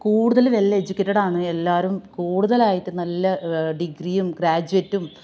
കൂടുതൽ വെല്ലെജുക്കേറ്റഡാന്ന് എല്ലാവരും കൂടുതലായിട്ട് നല്ല ഡിഗ്രിയും ഗ്രാജുവേറ്റും